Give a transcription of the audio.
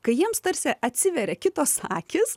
kai jiems tarsi atsiveria kitos akys